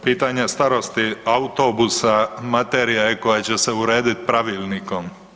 Pitanje starosti autobusa materija je koja će se urediti pravilnikom.